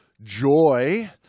joy